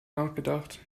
nachgedacht